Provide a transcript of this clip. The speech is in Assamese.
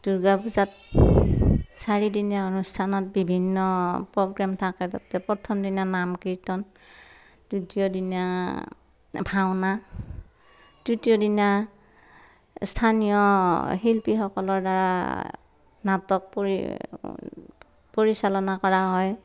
দুৰ্গা পূজাত চাৰিদিনীয়া অনুষ্ঠানত বিভিন্ন প্ৰ'গ্ৰেম থাকে তাতে প্ৰথমদিনা নাম কীৰ্তন দ্বিতীয় দিনা ভাওনা তৃতীয় দিনা স্থানীয় শিল্পীসকলৰ দ্বাৰা নাটক পৰি পৰিচালনা কৰা হয়